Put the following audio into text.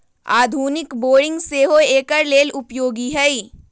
आधुनिक बोरिंग सेहो एकर लेल उपयोगी है